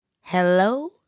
Hello